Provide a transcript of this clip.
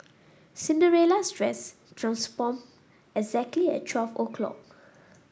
Cinderella's dress transformed exactly at twelve o'clock